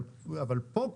אבל פה,